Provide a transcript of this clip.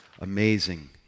amazing